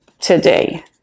today